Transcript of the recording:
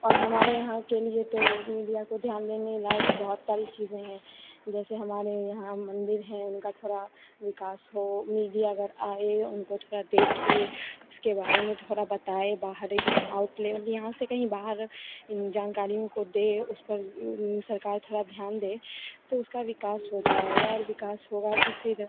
और हमारे यहाँ के लिए तो मीडिया को ध्यान देने लायक बहुत सारी चीज़ें हैं जैसे हमारे यहाँ मंदिर है उनका थोड़ा विकास हो मीडिया अगर आए उनको थोड़ा देखे उसके बारे में थोड़ा बताए बाहर मतलब यहाँ से कहीं बाहर इन जानकारियों को दे उस पर सरकार थोड़ा ध्यान दे तो उसका विकास हो जाएगा और विकास होगा तो फिर